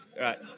Right